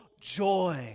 joy